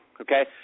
Okay